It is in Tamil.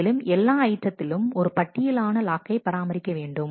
மேலும் எல்லா ஐட்டத்திலும் ஒரு பட்டியல் ஆன லாக்கை பராமரிக்க வேண்டும்